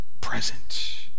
present